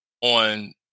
on